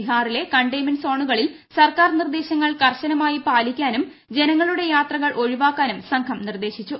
ബിഹാറിലെ കണ്ടെയ്ൻമെന്റ് സോണുകളിൽ സർക്കാർ നിർദ്ദേശങ്ങൾ കർശനമായി പാലിക്കാനും ജനങ്ങളുടെ യാത്രകൾ ഒഴിവാക്കാനും സംഘം നിർദ്ദേശിച്ചു